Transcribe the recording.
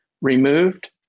removed